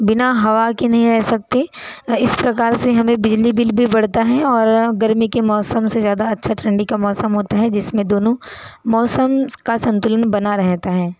बिना हवा के नहीं रह सकते इस प्रकार से हमें बिजली बिल भी बढ़ता है और गर्मी के मौसम से ज्यादा अच्छा ठंडी का मौसम होता है जिसमें दोनों मौसम का संतुलन बना रहता है